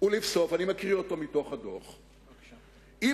אני מקריא אותו מתוך הדוח: "ולבסוף,